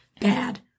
bad